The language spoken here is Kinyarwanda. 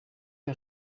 cyo